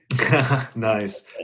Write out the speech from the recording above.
Nice